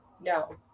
No